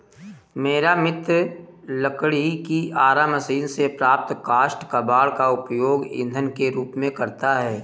मेरा मित्र लकड़ी की आरा मशीन से प्राप्त काष्ठ कबाड़ का उपयोग ईंधन के रूप में करता है